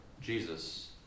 Jesus